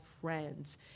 friends